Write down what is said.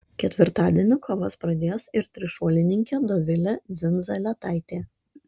ketvirtadienį kovas pradės ir trišuolininkė dovilė dzindzaletaitė